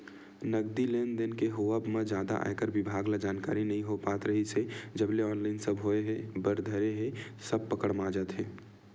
नगदी लेन देन के होवब म जादा आयकर बिभाग ल जानकारी नइ हो पात रिहिस हे जब ले ऑनलाइन सब होय बर धरे हे सब पकड़ म आ जात हे